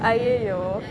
!aiyoyo!